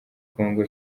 congo